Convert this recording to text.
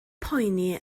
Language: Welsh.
poeni